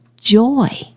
joy